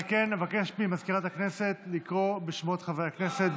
אבקש ממזכירת הכנסת לקרוא בשמות חברי הכנסת,